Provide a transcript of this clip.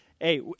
Hey